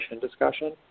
discussion